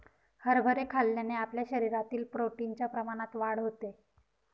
हरभरे खाल्ल्याने आपल्या शरीरातील प्रोटीन च्या प्रमाणात वाढ होते